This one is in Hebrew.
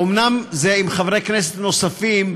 אומנם זה עם חברי כנסת נוספים,